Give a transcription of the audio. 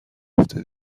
افته